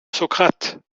socrate